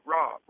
Rob